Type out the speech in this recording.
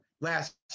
last